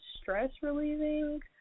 stress-relieving